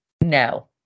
No